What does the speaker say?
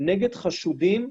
נגד חשודים,